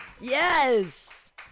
Yes